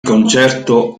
concerto